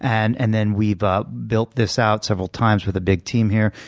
and and then we've ah built this out several times with a big team here.